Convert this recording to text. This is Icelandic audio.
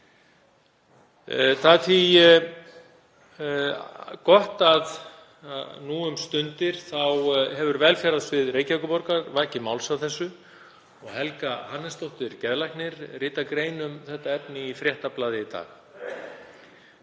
Það er því gott að nú um stundir hefur velferðarsvið Reykjavíkurborgar vakið máls á þessu og Helga Hannesdóttir geðlæknir ritar grein um þetta efni í Fréttablaðið í dag.